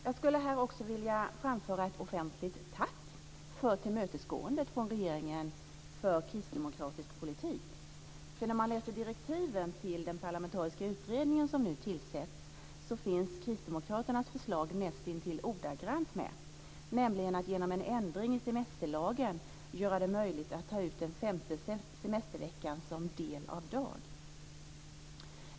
Jag skulle här också vilja framföra ett offentligt tack för tillmötesgåendet från regeringen för kristdemokratisk politik, för när man läser direktiven till den parlamentariska utredning som nu tillsätts finns Kristdemokraternas förslag med nästintill ordagrant, nämligen att genom en ändring i semesterlagen göra det möjligt att ta ut den femte semesterveckan som del av dag.